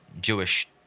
Jewish